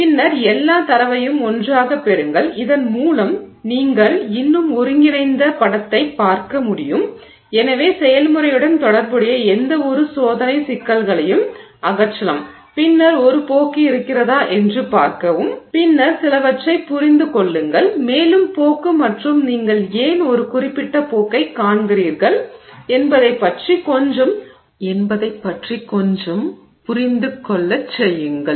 பின்னர் எல்லா தரவையும் ஒன்றாகப் பெறுங்கள் இதன் மூலம் நீங்கள் இன்னும் ஒருங்கிணைந்த படத்தைப் பார்க்க முடியும் எனவே செயல்முறையுடன் தொடர்புடைய எந்தவொரு சோதனை சிக்கல்களையும் அகற்றலாம் பின்னர் ஒரு போக்கு இருக்கிறதா என்று பார்க்கவும் பின்னர் சிலவற்றைப் புரிந்து கொள்ளுங்கள் மேலும் போக்கு மற்றும் நீங்கள் ஏன் ஒரு குறிப்பிட்ட போக்கைக் காண்கிறீர்கள் என்பதைப் பற்றி கொஞ்சம் புரிந்துகொள்ளச் செய்யுங்கள்